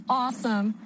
awesome